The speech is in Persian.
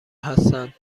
هستند